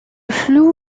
flou